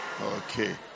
Okay